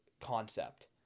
concept